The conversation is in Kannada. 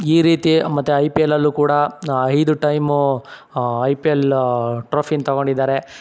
ಈ ರೀತಿ ಮತ್ತು ಐ ಪಿ ಎಲಲ್ಲು ಕೂಡ ಐದು ಟೈಮು ಐ ಪಿ ಎಲ್ ಟ್ರೋಫಿನೂ ತಗೊಂಡಿದ್ದಾರೆ